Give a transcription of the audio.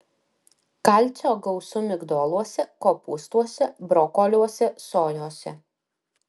kalcio gausu migdoluose kopūstuose brokoliuose sojose